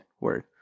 Word